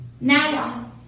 now